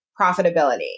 profitability